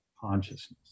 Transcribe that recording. consciousness